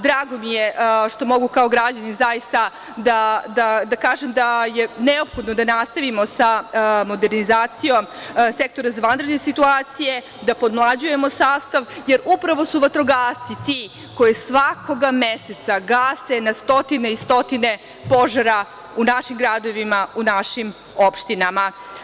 Drago mi je što mogu kao građanin da kažem da je neophodno da nastavimo sa modernizacijom Sektora za vanredne situacije, da podmlađujemo sastav, jer upravo su vatrogasci ti koji svakog meseca gase na stotine i stotine požara u našim gradovima, u našim opštinama.